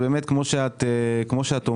כמו שאת אומרת,